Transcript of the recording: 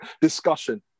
discussion